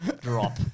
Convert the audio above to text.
Drop